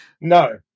No